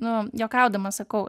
nu juokaudama sakau